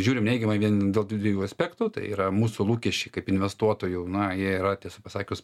žiūrim neigiamai vien dėl dviejų aspektų tai yra mūsų lūkesčiai kaip investuotojų na jie yra tiesą pasakius